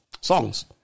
songs